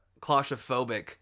claustrophobic